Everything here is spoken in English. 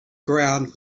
ground